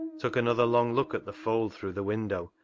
took another long look at the fold through the window,